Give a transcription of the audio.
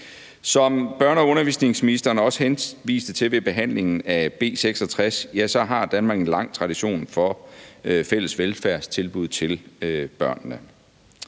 Som børne- og undervisningsministeren også henviste til ved behandlingen af B 66, har Danmark en lang tradition for fælles velfærdstilbud til børnene.